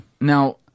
Now